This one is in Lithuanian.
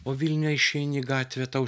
o vilniuje išeini į gatvę tau